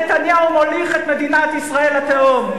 נתניהו מוליך את מדינת ישראל לתהום.